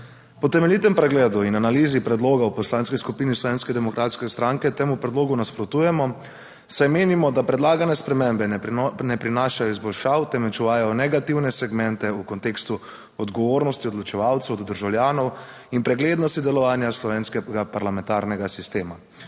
Po temeljitem pregledu in analizi predloga v Poslanski skupini Slovenske demokratske stranke temu predlogu nasprotujemo, saj menimo, da predlagane spremembe ne prinašajo izboljšav, temveč uvajajo negativne segmente v kontekstu odgovornosti odločevalcev do državljanov in preglednosti delovanja slovenskega parlamentarnega sistema.